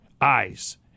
eyes